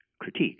critique